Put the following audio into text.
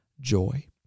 joy